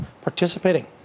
participating